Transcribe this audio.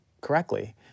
correctly